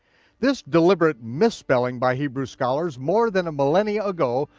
this deliberate misspelling by hebrew scholars more than a millennia ago,